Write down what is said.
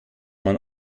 man